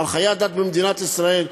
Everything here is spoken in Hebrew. על חיי הדת במדינת ישראל.